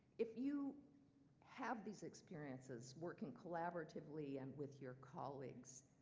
if you have these experiences working collaboratively and with your colleagues,